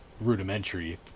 rudimentary